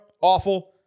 awful